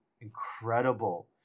incredible